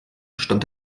stand